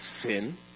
sin